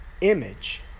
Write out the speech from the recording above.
image